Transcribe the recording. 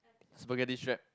spaghetti strap